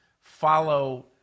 follow